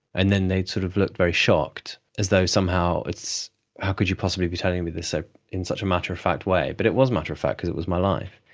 and then they'd sort of look very shocked as though somehow, how could you possibly be telling me this ah in such a matter-of-fact way, but it was matter-of-fact because it was my life.